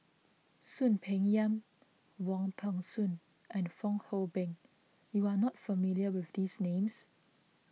Soon Peng Yam Wong Peng Soon and Fong Hoe Beng you are not familiar with these names